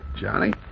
Johnny